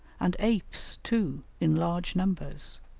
and apes, too, in large numbers.